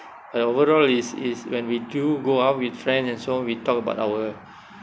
but overall is is when we do go out with friends and so on we talk about our